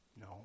No